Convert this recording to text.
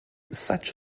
such